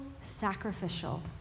sacrificial